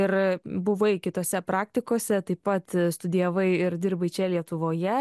ir buvai kitose praktikose taip pat studijavai ir dirbai čia lietuvoje